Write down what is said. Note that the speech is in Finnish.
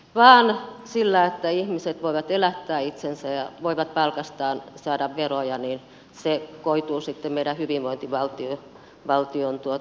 vain se että ihmiset voivat elättää itsensä ja voivat palkastaan maksaa veroja koituu sitten meidän hyvinvointivaltion hyväksi